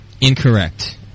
Incorrect